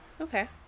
Okay